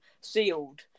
sealed